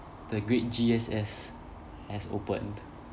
the great G_S_S has opened